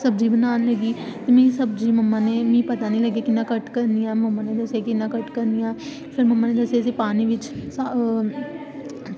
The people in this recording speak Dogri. ते में सब्ज़ी बनान लवग्गी ते मिगी पता निं मम्मा नै कट्टी मम्मा नै दस्सेआ कियां कट्ट करनी फिर मम्मा नै पानी बिच